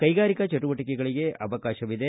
ಕೈಗಾರಿಕೆ ಚಟುವಟಿಕೆಗಳಿಗೆ ಅವಕಾಶವಿದೆ